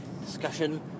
discussion